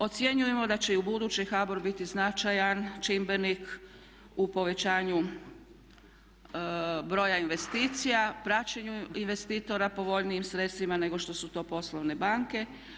Ocjenjujemo da će i ubuduće HBOR biti značajan čimbenik u povećanju broja investicija, praćenju investitora, povoljnijim sredstvima nego što su to poslovne banke.